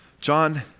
John